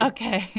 Okay